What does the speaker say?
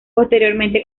posteriormente